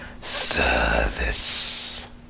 service